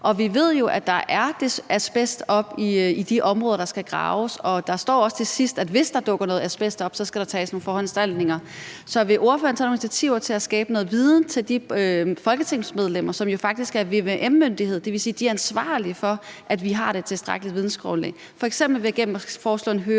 Vi ved, at der er asbest oppe i de områder, hvor der skal graves, og der står også til sidst, at hvis der dukker noget asbest op, så skal der laves nogle foranstaltninger. Så vil ordføreren tage nogle initiativer til at tilvejebringe noget viden for de folketingsmedlemmer, som jo faktisk er vvm-myndighed? Det vil sige, at de er ansvarlige for, at vi har det tilstrækkelige vidensgrundlag. Det kunne f.eks. være gennem at foreslå en høring,